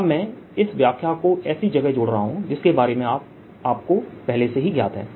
अब मैं इस व्याख्या को ऐसी जगह जोड़ रहा हूं जिसके बारे में आप को पहले से ही ज्ञात है